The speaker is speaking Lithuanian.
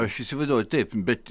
aš įsivaizduoju taip bet